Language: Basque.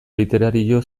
literario